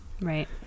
Right